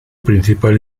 principal